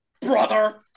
brother